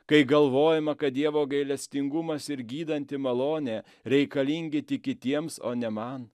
kai galvojama kad dievo gailestingumas ir gydanti malonė reikalingi tik kitiems o ne man